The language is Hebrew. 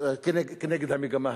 כנגד המגמה הזאת.